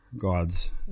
God's